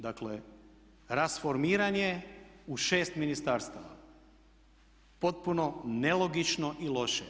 Dakle, rasformiran je u šest ministarstava potpuno nelogično i loše.